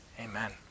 Amen